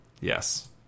Yes